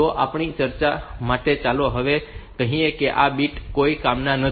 તો આપણી ચર્ચા માટે ચાલો હવે કહીએ કે આ બે બિટ્સ કોઈ કામના નથી